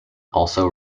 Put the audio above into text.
also